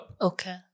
okay